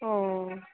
अ